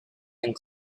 and